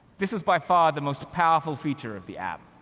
this is by far the most powerful feature of the app,